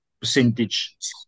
percentage